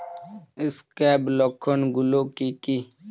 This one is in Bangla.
স্ক্যাব লক্ষণ গুলো কি কি?